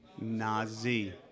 Nazi